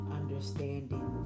understanding